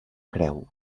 creu